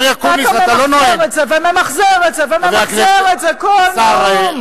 ואתה ממחזר את זה וממחזר את זה וממחזר את זה כל נאום.